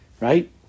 right